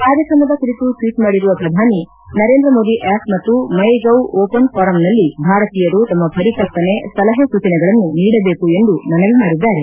ಕಾರ್ಯಕ್ರಮದ ಕುರಿತು ಟ್ವೀಟ್ ಮಾಡಿರುವ ಪ್ರಧಾನಿ ನರೇಂದ್ರ ಮೋದಿ ಆ್ಲಪ್ ಮತ್ತು ಮೈಗೌ ಓಪನ್ ಫೋರಂನಲ್ಲಿ ಭಾರತೀಯರು ತಮ್ನ ಪರಿಕಲ್ಪನೆ ಸಲಹೆ ಸೂಚನೆಗಳನ್ನು ನೀಡಬೇಕು ಎಂದು ಮನವಿ ಮಾಡಿದ್ದಾರೆ